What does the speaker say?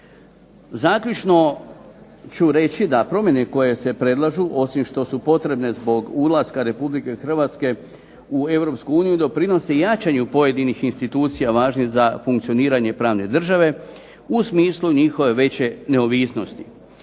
Zaključno ću reći da promjene koje se predlažu osim što su potrebne zbog ulaska Republike Hrvatske u Europsku uniju doprinose jačanju pojedinih institucija važnih za funkcioniranje pravne države u smislu njihove veće neovisnosti.